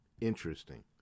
Interesting